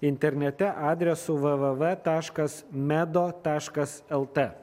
internete adresu v v v taškas medo taškas lt